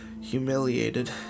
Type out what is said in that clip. humiliated